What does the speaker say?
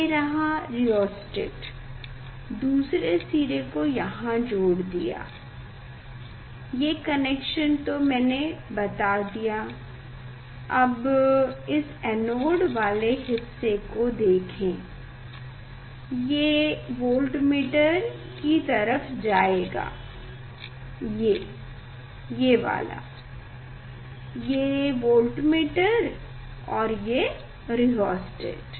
ये रहा रिहोस्टेट दूसरे सिरे को यहाँ जोड़ दिया ये कनेक्शन तो मैंने बता दिया अब इस एनोड वाले हिस्से को देखें ये वोल्टमीटर की तरफ जाएगा ये ये वाला ये वोल्टमीटर और ये रिहोस्टेट